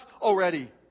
already